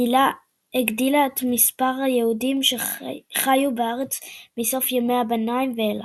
הגדילה את מספר היהודים שחיו בארץ מסוף ימי הביניים ואילך.